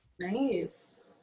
Nice